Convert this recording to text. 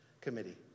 Committee